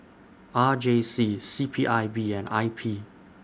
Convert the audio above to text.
R J C C P I B and I P